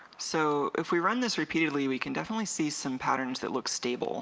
so if we run this repeatedly we can definitely see some patterns that looks stable